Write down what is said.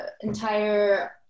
entire